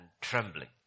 trembling